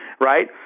right